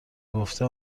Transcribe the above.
بگفته